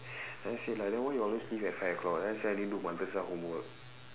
and then she like then why you always finish at five o-clock then she like she never do like my homework